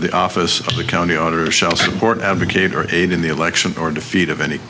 the office of the county auditor shall support advocate or aid in the election or defeat of any